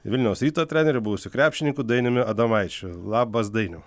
vilniaus ryto treneriu buvusiu krepšininku dainiumi adomaičiu labas dainiau